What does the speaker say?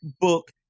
book